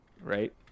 Right